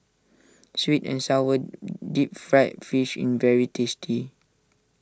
Sweet and Sour Deep Fried Fish is very tasty